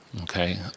okay